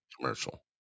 commercial